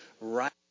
right